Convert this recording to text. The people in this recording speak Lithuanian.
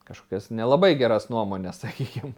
kažkokias nelabai geras nuomones sakykim